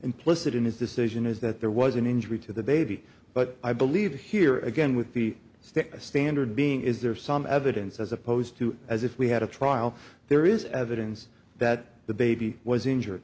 implicit in his decision is that there was an injury to the baby but i believe here again with the stick a standard being is there some evidence as opposed to as if we had a trial there is evidence that the baby was injured